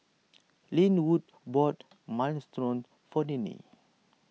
Linwood bought Minestrone for Ninnie